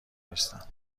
نیستم